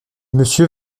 monsieur